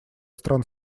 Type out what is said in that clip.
стран